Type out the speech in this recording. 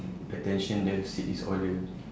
attention deficit disorder